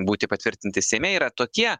būti patvirtinti seime yra tokie